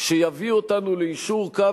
שיביא אותנו ליישור קו,